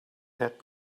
had